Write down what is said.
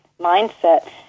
mindset